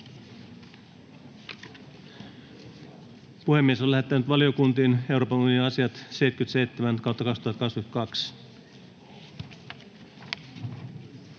puheenjohtajalle